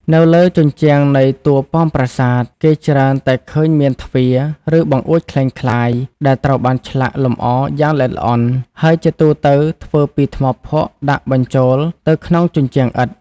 នៅលើជញ្ជាំងនៃតួប៉មប្រាសាទ គេច្រើនតែឃើញមាន ទ្វារ ឬបង្អួចក្លែងក្លាយ ដែលត្រូវបានឆ្លាក់លម្អយ៉ាងល្អិតល្អន់ ហើយជាទូទៅធ្វើពីថ្មភក់ដាក់បញ្ចូលទៅក្នុងជញ្ជាំងឥដ្ឋ។